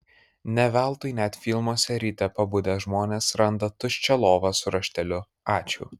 ne veltui net filmuose ryte pabudę žmonės randa tuščią lovą su rašteliu ačiū